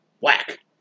whack